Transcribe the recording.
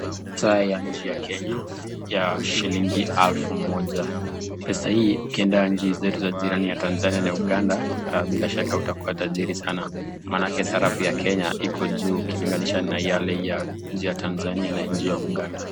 Ya Kenya ya shilingi alfu moja. Pesa hii ukienda nchi za jirani Tanzania na Uganda bila shaka utakua tajiri sana manake sarafu ya Kenya iko juu ukilingalisha na yale ya nchi ya Tanzania na Nchi ya Uganda.